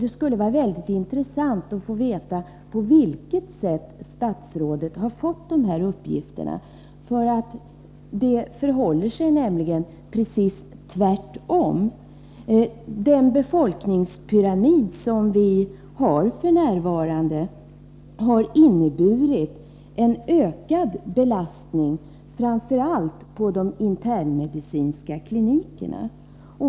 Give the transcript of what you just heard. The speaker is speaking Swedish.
Det skulle vara mycket intressant att få veta på vilket sätt statsrådet har fått dessa uppgifter. Det förhåller sig nämligen precis tvärtom. Den befolkningspyramid som vi har f.n. har inneburit en ökad belastning framför allt på de internmedicinska klinikerna.